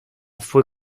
fue